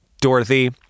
Dorothy